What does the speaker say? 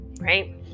right